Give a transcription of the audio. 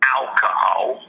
alcohol